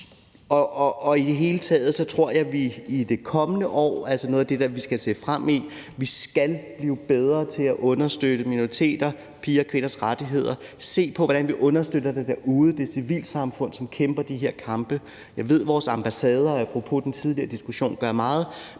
af. I det hele taget tror jeg, at vi i det kommende år, altså noget af det, vi ser frem mod, skal blive bedre til at understøtte minoriteter, piger og kvinders rettigheder, se på, hvordan vi understøtter det derude, altså det civilsamfund, som kæmper de her kampe. Jeg ved, at vores ambassader, apropos den tidligere diskussion, gør meget,